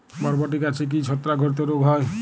বরবটি গাছে কি ছত্রাক ঘটিত রোগ হয়?